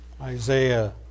Isaiah